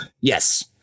Yes